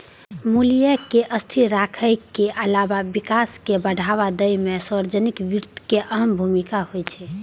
मूल्य कें स्थिर राखै के अलावा विकास कें बढ़ावा दै मे सार्वजनिक वित्त के अहम भूमिका होइ छै